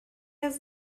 has